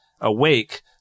Awake